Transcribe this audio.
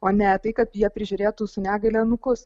o ne tai kad jie prižiūrėtų su negalia anūkus